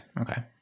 Okay